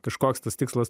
kažkoks tas tikslas